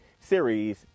series